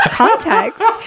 context